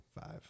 Five